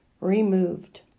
removed